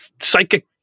psychic